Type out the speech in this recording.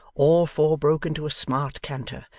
all four broke into a smart canter,